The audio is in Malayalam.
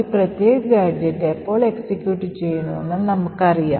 ഈ പ്രത്യേക ഗാഡ്ജെറ്റ് എപ്പോൾ എക്സിക്യൂട്ട് ചെയ്യുന്നുവെന്ന് നമുക്കറിയാം